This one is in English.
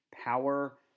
power